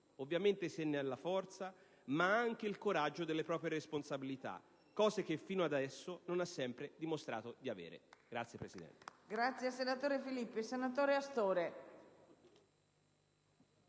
Ovviamente, se ne ha la forza, ma anche il coraggio delle proprie responsabilità, cosa che finora non ha sempre dimostrato di avere. *(Applausi